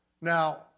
Now